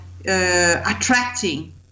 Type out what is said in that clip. attracting